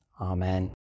Amen